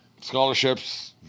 Scholarships